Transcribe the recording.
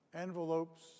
envelopes